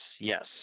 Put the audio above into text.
yes